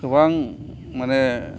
गोबां माने